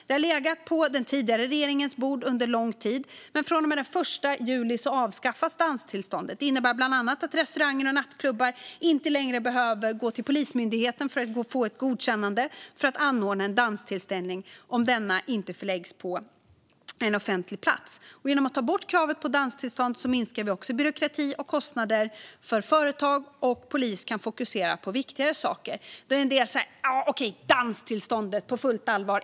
Det har under lång tid legat på den tidigare regeringens bord, men från och med den 1 juli avskaffas danstillståndet. Det innebär bland annat att restauranger och nattklubbar inte längre behöver gå till Polismyndigheten och få ett godkännande för att anordna en danstillställning om denna inte förläggs på en offentlig plats. Genom att ta bort kravet på danstillstånd minskar vi byråkrati och kostnader för företag, och polisen kan fokusera på viktigare saker. Då kanske en del säger: Danstillståndet - på fullt allvar?